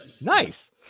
Nice